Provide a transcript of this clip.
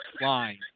line